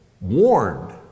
warned